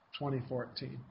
2014